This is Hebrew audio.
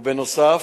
ובנוסף,